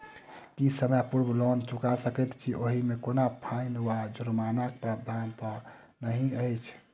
की समय पूर्व लोन चुका सकैत छी ओहिमे कोनो फाईन वा जुर्मानाक प्रावधान तऽ नहि अछि?